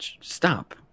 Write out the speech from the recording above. stop